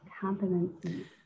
competency